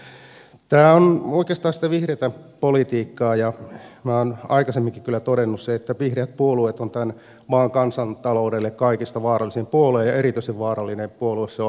tämä on oikeastaan sitä vihreätä politiikkaa ja minä olen aikaisemminkin kyllä todennut sen että vihreä puolue on tämän maan kansantaloudelle kaikista vaarallisin puolue ja erityisen vaarallinen puolue se on hallituksessa